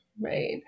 right